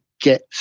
get